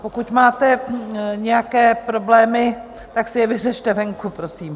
Pokud máte nějaké problémy, tak si je vyřešte venku, prosím.